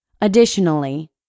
Additionally